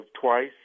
twice